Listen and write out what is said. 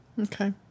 Okay